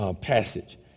passage